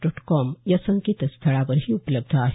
dot com या संकेतस्थळावरही उपलब्ध आहे